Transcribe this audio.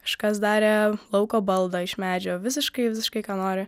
kažkas darė lauko baldą iš medžio visiškai visiškai ką nori